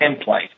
template